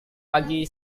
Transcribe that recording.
pagi